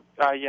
Yes